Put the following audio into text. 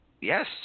Yes